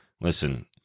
Listen